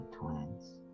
twins